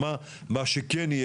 לפעמים זה